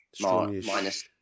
minus